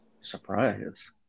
Surprise